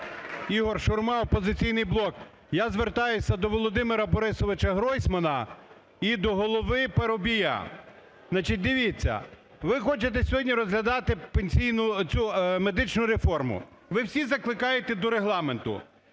Ігор Шурма, "Опозиційний блок". Я звертаюся до Володимира Борисовича Гройсмана і до Голови Парубія, значить, дивіться, ви хочете сьогодні розглядати медичну реформу, ви всі закликаєте до Регламенту.